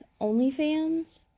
OnlyFans